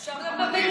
אפשר גם במליאה,